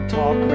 Talk